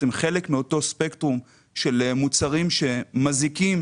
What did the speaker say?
הן חלק מאותו ספקטרום של מוצרים שמזיקים